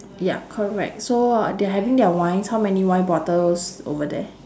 ya correct so uh they're having their wines how many wine bottles over there